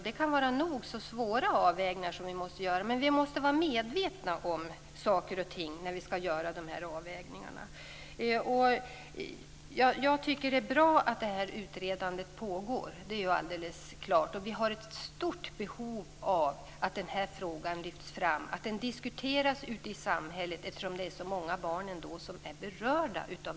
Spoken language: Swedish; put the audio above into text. Det kan vara fråga om nog så svåra avvägningar men vi måste vara medvetna om saker och ting när avvägningarna skall göras. Jag tycker att det är bra att det utreds. Det är alldeles klart så. Det finns ett stort behov av att frågan lyfts fram och att den diskuteras ute i samhället eftersom det trots allt är så många barn som berörs av detta.